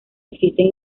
existen